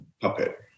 puppet